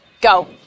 go